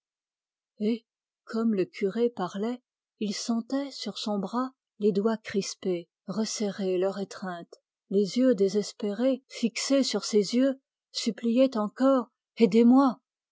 comme le curé parlait il sentait sur son bras les doigts crispés resserrer leur étreinte les yeux désespérés fixés sur ses yeux suppliaient encore aidez-moi